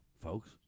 folks